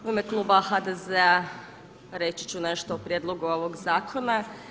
U ime kluba HDZ-a reći ću nešto o prijedlogu ovog zakona.